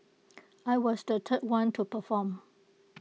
I was the third one to perform